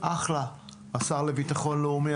השר לביטחון לאומי,